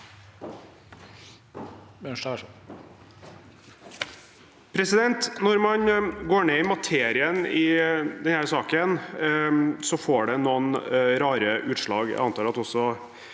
Når man går ned i materien i denne saken, får det noen rare utslag.